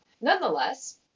Nonetheless